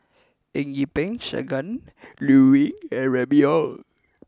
Eng Yee Peng Shangguan Liuyun and Remy Ong